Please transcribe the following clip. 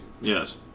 Yes